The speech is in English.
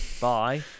bye